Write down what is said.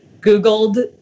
Googled